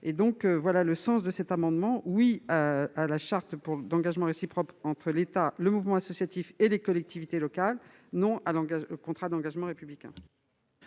soir. Nous disons donc oui à la charte des engagements réciproques entre l'État, le mouvement associatif et les collectivités locales et non au contrat d'engagement républicain